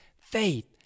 faith